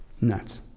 Nuts